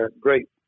great